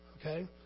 okay